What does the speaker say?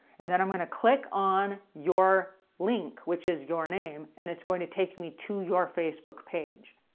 and then i'm going to click on your link which is your name, and it's going to take me to your facebook page.